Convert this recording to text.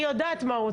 אני יודעת מה הוא רוצה.